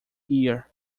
year